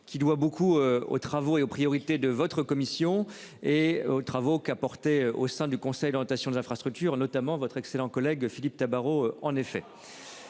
qui doit beaucoup aux travaux et aux priorités de votre commission et aux travaux qu'a porté au sein du conseil d'orientation des infrastructures notamment votre excellent collègue Philippe Tabarot en effet.